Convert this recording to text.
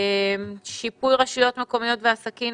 שיפוי רשויות מקומיות ועסקים